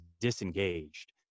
disengaged